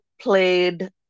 played